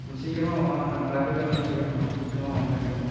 கொஞ்சம் சீக்கிரமாக வாங்கண்ணா டிராஃபிக்காக இருந்தாலும் சரிங்கண்ணா சீக்கிரமாக வந்துடுங்க